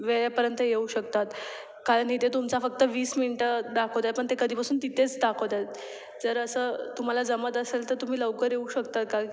वेळेपर्यंत येऊ शकतात कारण इथे तुमचा फक्त वीस मिनटं दाखवत आहे पण ते कधीपासून तिथेच दाखवत आहे जर असं तुम्हाला जमत असेल तर तुम्ही लवकर येऊ शकता का